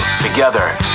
Together